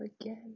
again